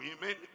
women